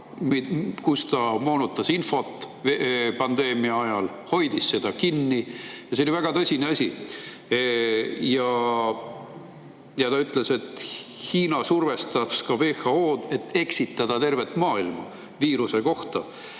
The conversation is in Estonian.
kes moonutas pandeemia ajal infot, hoidis seda kinni. See oli väga tõsine asi. Ja ta ütles, et Hiina survestas ka WHO-d, et eksitada tervet maailma viiruse